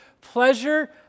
pleasure